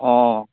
অ